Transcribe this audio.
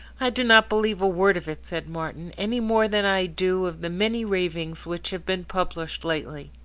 i do not believe a word of it, said martin, any more than i do of the many ravings which have been published lately.